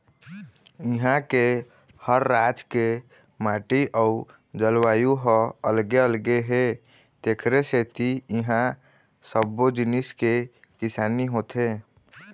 इहां के हर राज के माटी अउ जलवायु ह अलगे अलगे हे तेखरे सेती इहां सब्बो जिनिस के किसानी होथे